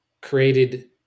created